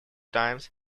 times